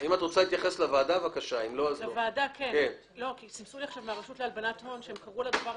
את הרשות לאיסור הלבנת הון לוועדה,